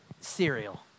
Cereal